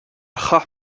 chaith